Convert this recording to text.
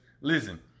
Listen